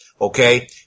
okay